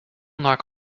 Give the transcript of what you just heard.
knock